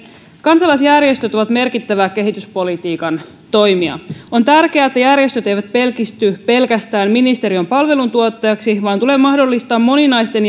kansalaisjärjestöt ovat merkittävä kehityspolitiikan toimija on tärkeää että järjestöt eivät pelkisty pelkästään ministeriön palveluntuottajiksi vaan tulee mahdollistaa moninaisten